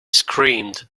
screamed